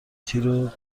تیرو